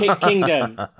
Kingdom